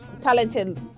talented